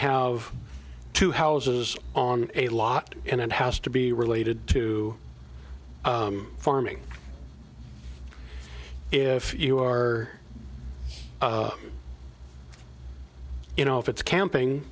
have two houses on a lot and it has to be related to farming if you are you know if it's camping